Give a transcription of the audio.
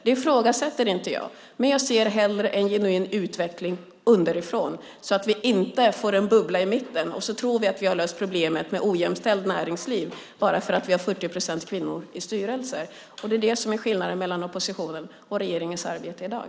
Det ifrågasätter jag inte, men jag ser hellre en genuin utveckling underifrån så att vi inte får en bubbla i mitten och tror att vi har löst problemet med ett ojämställt näringsliv bara för att vi har 40 procent kvinnor i styrelserna. Det är skillnaden mellan oppositionen och regeringens arbete i dag.